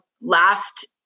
last